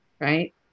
right